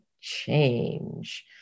change